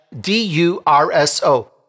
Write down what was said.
D-U-R-S-O